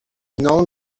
known